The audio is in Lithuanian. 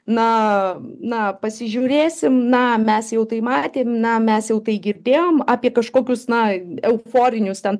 na na pasižiūrėsim na mes jau tai matėm na mes jau tai girdėjom apie kažkokius na euforinius ten